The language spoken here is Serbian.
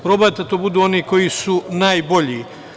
Probajte da to budu oni koji su najbolji.